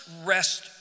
rest